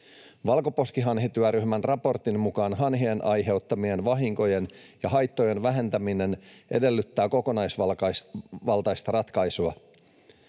Valkoposkihanhityöryhmän raportin mukaan hanhien aiheuttamien vahinkojen ja haittojen vähentäminen edellyttää kokonaisvaltaista ratkaisua.